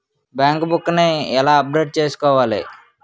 Bank book నీ ఎలా update చేసుకోవాలి?